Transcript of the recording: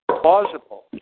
Plausible